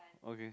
okay